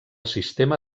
sistema